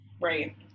right